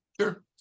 Sure